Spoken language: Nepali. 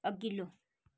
अघिल्लो